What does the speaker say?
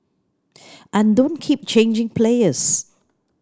and don't keep changing players